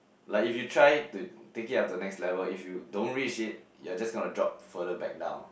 like if you try to take it up the next level if you don't reach it you're just gonna drop further back down